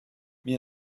mir